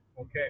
Okay